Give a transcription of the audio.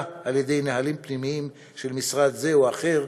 על-ידי נהלים פנימיים של משרד זה או אחר,